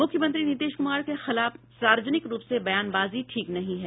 मुख्यमंत्री नीतीश कुमार के खिलाफ सार्वजनिक रूप से बयानबाजी ठीक नहीं है